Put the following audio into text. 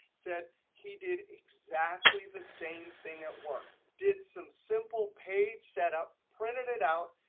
said he did exactly the same thing at work. did some simple page setup, printed it out,